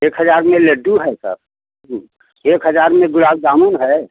एक हजार में लड्डू है सर एक हजार में गुलाब जामुन है